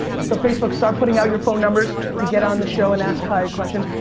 so facebook, start putting out you phone numbers to get on the show and ask kai a question.